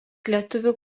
lietuvių